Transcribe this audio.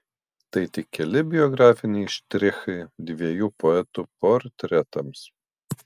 tai tik keli biografiniai štrichai dviejų poetų portretams